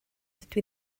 dydw